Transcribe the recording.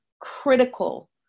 critical